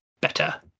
better